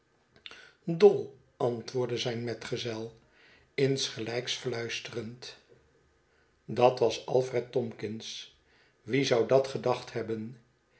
doll antwoordde zijn metgezel insgelijks fluisterend dat was alfred tomkins wie zou dat gedacht hebben